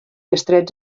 estrets